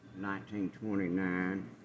1929